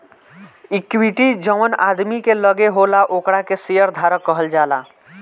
equity जवन आदमी के लगे होला ओकरा के शेयर धारक कहल जाला